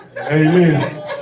Amen